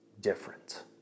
different